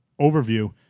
overview